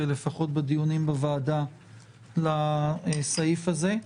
לפחות בדיון בוועדה לסעיף הזה.